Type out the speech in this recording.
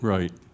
Right